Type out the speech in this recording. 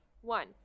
one